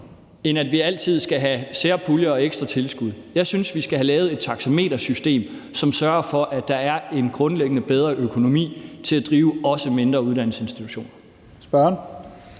for at vi altid skal have særpuljer og ekstratilskud. Jeg synes, vi skal have lavet et taxametersystem, som sørger for, at der er en grundliggende bedre økonomi også til at drive mindre uddannelsesinstitutioner.